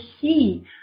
see